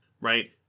right